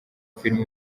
filime